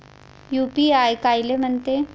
UPI कायले म्हनते?